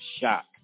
shock